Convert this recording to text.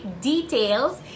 details